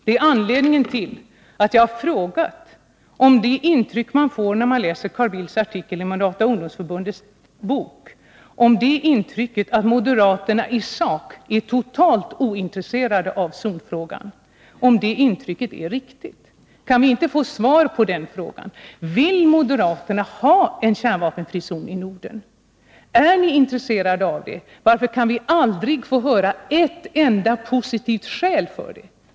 Det är anledningen till att jag har frågat, om det intryck är riktigt som man får när man läser Carl Bildts artikel i Moderata ungdomsförbundets bok, dvs. intrycket att moderaterna i sak är totalt ointresserade av zonfrågan. Kan vi inte få svar på den frågan: Vill moderaterna ha en kärnvapenfri zon i Norden? Är ni intresserade av det? Varför kan vi aldrig få höra ett enda positivt skäl för det?